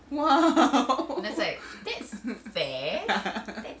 !wow!